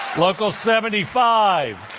local seventy five,